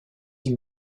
ils